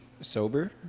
Sober